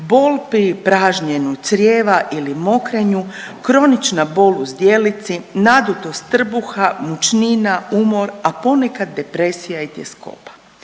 bol pri pražnjenju crijeva ili mokrenju, kronična bol u zdjelici, nadutost trbuha, mučnina, umor, a ponekad depresija i tjeskoba.